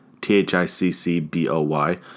T-H-I-C-C-B-O-Y